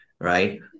right